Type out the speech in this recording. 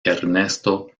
ernesto